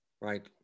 Right